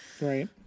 right